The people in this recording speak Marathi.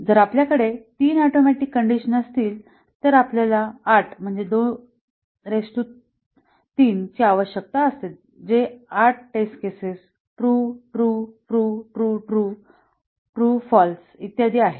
जर आपल्याकडे तीन ऍटोमिक कंडिशन असतील तर आपल्याला 8 23 ची आवश्यकता असेल जे 8 टेस्ट केसेस ट्रूट्रूट्रूट्रूट्रूफाँल्स इत्यादि आहेत